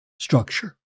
structure